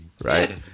right